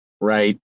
right